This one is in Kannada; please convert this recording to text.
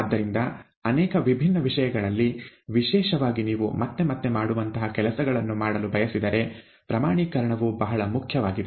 ಆದ್ದರಿಂದ ಅನೇಕ ವಿಭಿನ್ನ ವಿಷಯಗಳಲ್ಲಿ ವಿಶೇಷವಾಗಿ ನೀವು ಮತ್ತೆ ಮತ್ತೆ ಮಾಡುವಂತಹ ಕೆಲಸಗಳನ್ನು ಮಾಡಲು ಬಯಸಿದರೆ ಪ್ರಮಾಣೀಕರಣವು ಬಹಳ ಮುಖ್ಯವಾಗಿದೆ